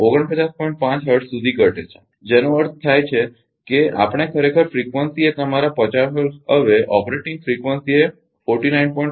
5 hertz સુધી ધટે છે જેનો અર્થ થાય છે જો આપણે ખરેખર ફ્રિકવન્સી એ તમારા 50 હર્ટ્ઝ હવે ઓપરેટિંગ ફ્રિકવન્સી એ 49